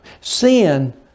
Sin